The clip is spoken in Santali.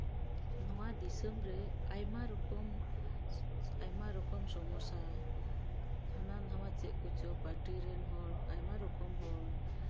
ᱱᱚᱣᱟ ᱫᱤᱥᱚᱢ ᱨᱮ ᱟᱭᱢᱟ ᱨᱚᱠᱚᱢ ᱥᱚᱢᱚᱥᱥᱟ ᱦᱟᱱᱟ ᱱᱚᱣᱟ ᱪᱮᱫ ᱠᱚᱪᱚᱝ ᱯᱟᱨᱴᱤ ᱨᱮᱱ ᱦᱚᱲ ᱟᱭᱢᱟ ᱨᱚᱠᱚᱢ ᱦᱚᱲ